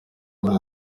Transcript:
muri